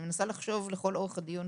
אני מנסה לחשוב לכל אורך הדיון,